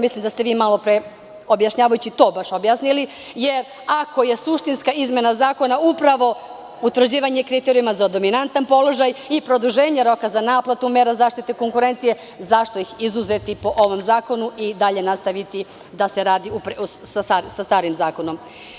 Mislim da ste malo pre objašnjavajući to baš objasnili, jer ako je suštinska izmena zakona utvrđivanje kriterijuma za dominantan položaj i produženje roka za naplatu mera zaštite konkurencije, zašto ih izuzeti po ovom zakonu i dalje nastaviti da se radi sa starim zakonom?